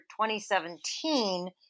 2017